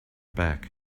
back